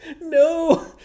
No